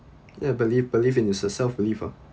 then I believe believe in his herself live ah